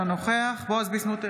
אינו נוכח בועז ביסמוט,